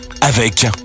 avec